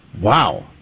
Wow